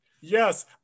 Yes